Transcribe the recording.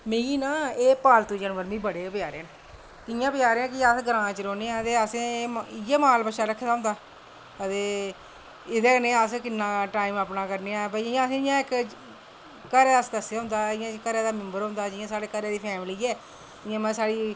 मिगी ना एह् पालतू जानवर बड़े गै पसंद न कियां प्यारे ऐं कि अस ग्रांऽ सच रौह्ने आं ते असैं इयै माल बच्छा रक्खे दा ऐ ते एह्दे कन्नै अस अपना किन्ना टाईम कड्ढने आं इयां घरे दा सदस्य होंदा जियां घरे दा मैंम्बर होंदा जियां साढ़ी